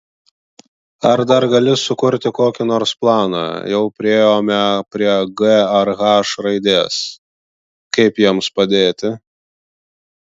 ar dar gali sukurti kokį nors planą jau priėjome prie g ar h raidės kaip jiems padėti